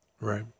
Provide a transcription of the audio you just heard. Right